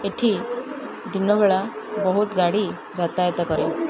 ଏଠି ଦିନ ବେଳା ବହୁତ ଗାଡ଼ି ଯାତାୟାତ କରେ